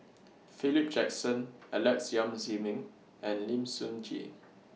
Philip Jackson Alex Yam Ziming and Lim Sun Gee